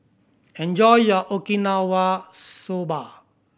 enjoy your Okinawa Soba